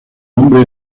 nombre